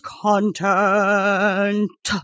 content